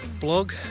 blog